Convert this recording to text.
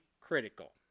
critical